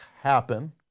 happen